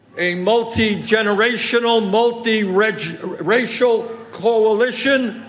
a multi-generational, multi-racial multi-racial coalition,